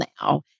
now